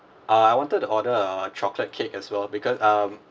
uh I wanted to order err chocolate cake as well because um